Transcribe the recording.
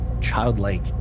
childlike